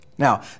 Now